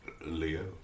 Leo